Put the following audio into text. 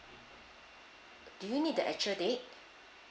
do you need the actual date